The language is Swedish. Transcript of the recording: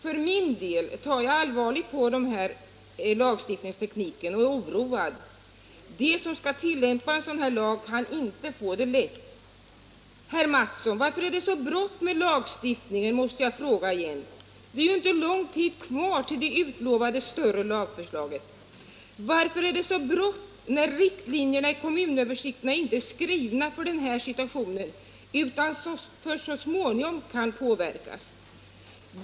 För min del tar jag allvarligt på den här lagstiftningstekniken och är oroad. De som skall tillämpa en sådan lag kan inte få det lätt. Herr Mattsson! Varför är det så brått med lagstiftningen? Det måste jag fråga igen. Det är ju inte lång tid kvar tills det utlovade större lagförslaget kommer. Varför är det så brått när riktlinjerna i kommunöversikterna inte är skrivna för den här situationen utan först så småningom kan påverkas?